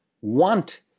want